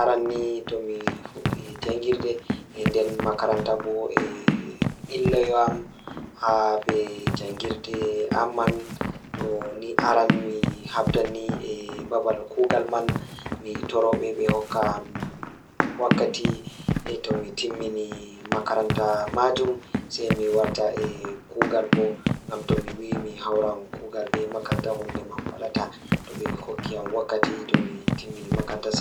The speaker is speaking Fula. Aran ni tomi fuɗɗi e jangirde ko nden makaranta bo Miɗo yiɓɓo ɓeydaaɗe e keɓe am jooni, ɗum ko waɗi mi faama tuma no waawi waɗde. No ndaar mi wi'a jooni ngam mi waɗa jokkude: A jooɗii maa mi ngoy ɗum ɗum ɗoo ko feewi mi waɗa faamii tuma mi haala, miɓɓo waɗde ɗum waɗde